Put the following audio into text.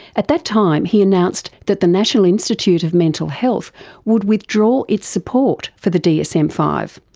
at that time he announced that the national institute of mental health would withdraw its support for the dsm five,